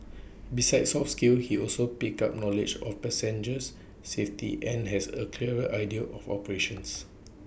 besides soft skills he also picked up knowledge of passengers safety and has A clearer idea of operations